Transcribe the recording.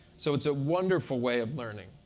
so it's a wonderful way of learning.